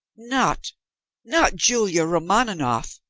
not not julia romaninov?